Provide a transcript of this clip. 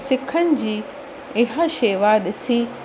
सिखनि जी इहा शेवा ॾिसी